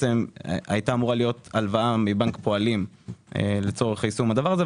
הייתה אמורה להיות הלוואה מבנק פועלים לצורך יישום הדבר הזה,